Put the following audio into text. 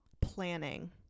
planning